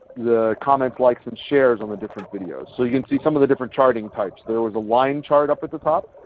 the comments, likes, and shares on the different videos. so you can see some of the different charting types. there was a line chart up at the top.